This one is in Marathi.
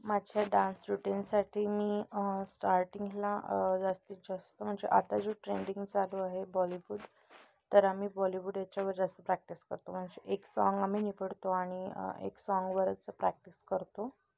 माझ्या डान्स रुटीनसाठी मी स्टार्टिंगला जास्तीत जास्त म्हणजे आता जे ट्रेंडिंग चालू आहे बॉलीवूड तर आम्ही बॉलिवूड याच्यावर जास्त प्रॅक्टिस करतो म्हणजे एक साँग आम्ही निवडतो आणि एक साँगवरच प्रॅक्टिस करतो